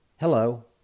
Hello